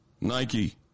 Nike